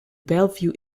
bellevue